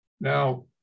Now